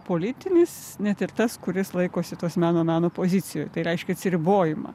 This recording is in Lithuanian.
politinis net ir tas kuris laikosi tos meno meno pozicijų tai reiškia atsiribojimą